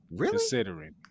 considering